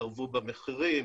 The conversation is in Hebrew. התערבו במחירים,